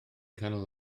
canol